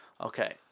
Okay